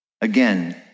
Again